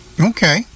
Okay